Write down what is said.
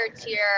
tier